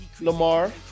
Lamar